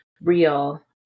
real